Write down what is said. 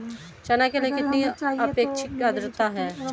चना के लिए कितनी आपेक्षिक आद्रता चाहिए?